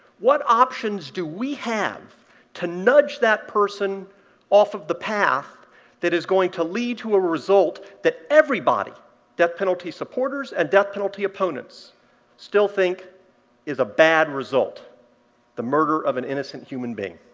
what options do we have to nudge that person off of the path that is going to lead to a result that everybody death penalty supporters and death penalty opponents still think is a bad result the murder of an innocent human being?